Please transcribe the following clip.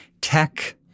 tech